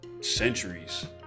centuries